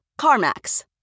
CarMax